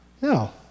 No